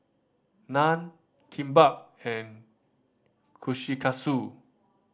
Naan Kimbap and Kushikatsu